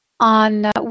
on